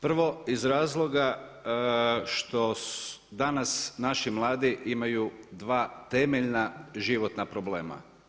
Prvo iz razloga što danas naši mladi imaju dva temeljna životna problema.